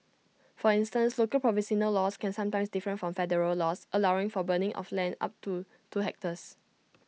for instance local laws can sometimes different from federal laws allowing for burning of land up to two hectares